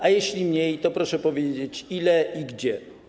A jeśli mniej, to proszę powiedzieć, ile i gdzie.